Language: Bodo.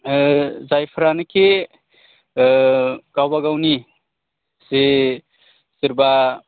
जायफोरानोकि गावबा गावनि जे सोरबा